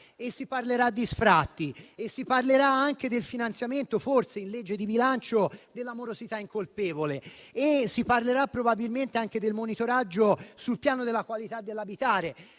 e si parlerà di sfratti e anche del finanziamento (forse in legge di bilancio) della morosità incolpevole e probabilmente anche del monitoraggio sul piano della qualità dell'abitare.